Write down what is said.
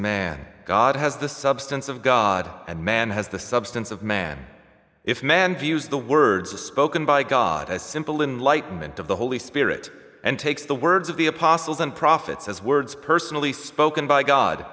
man god has the substance of god and man has the substance of man if man views the words are spoken by god as simple in light moment of the holy spirit and takes the words of the apostles and prophets as words personally spoken by god